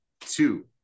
two